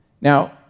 Now